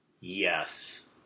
Yes